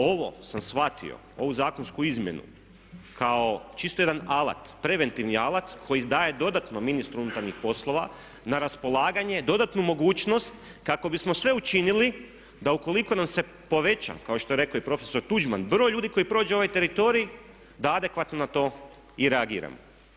Ovo sam shvatio, ovu zakonsku izmjenu kao čisto jedan alat, preventivni alat koji daje dodatno ministru unutarnjih poslova na raspolaganje dodatnu mogućnost kako bismo sve učinili da ukoliko nam se poveća, kao što je rekao i prof. Tuđman broj ljudi koji prođe ovaj teritorij da adekvatno na to i reagiramo.